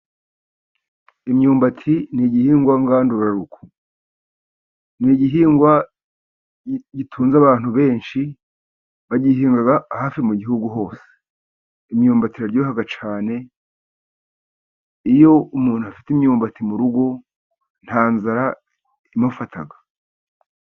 Imyumbati ni igihingwa ngandurarugo ni igihingwa gitunze abantu benshi, bagihinga hafi mu gihugu hose, imyumbati iraryoha cyane, iyo umuntu afite imyumbati mu rugo nta nzara imufata.